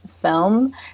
film